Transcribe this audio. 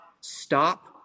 stop